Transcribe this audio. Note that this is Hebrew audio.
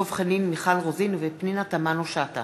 דב חנין, מיכל רוזין ופנינה תמנו-שטה